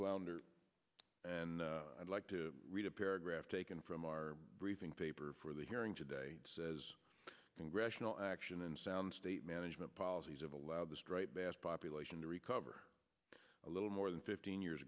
flounder and i'd like to read a paragraph taken from our briefing paper for the hearing today as congressional action and sound state management policies of allow the striped bass population to recover a little more than fifteen years